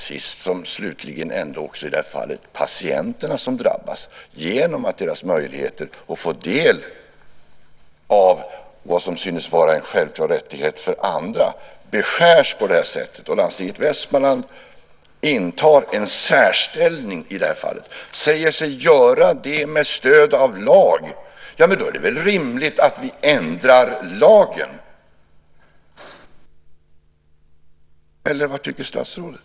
Sist som slutligen är det också i det här fallet patienterna som drabbas genom att deras möjligheter att få del av vad som synes vara en självklar rättighet för andra beskärs på det här sättet. Landstinget i Västmanland intar en särställning i det här fallet, och säger sig göra det med stöd av lag. Då är det väl rimligt att vi ändrar lagen, eller vad tycker statsrådet?